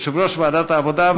יושב-ראש ועדת העבודה,